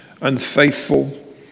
unfaithful